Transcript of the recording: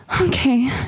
okay